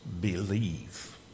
believe